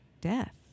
death